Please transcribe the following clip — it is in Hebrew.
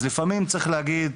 אז לפעמים צריך להגיד,